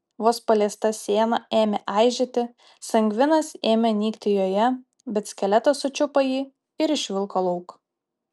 vos paliesta siena ėmė aižėti sangvinas ėmė nykti joje bet skeletas sučiupo jį ir išvilko lauk